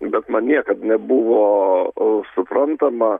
bet man niekad nebuvo o suprantama